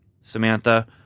Samantha